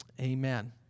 amen